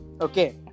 Okay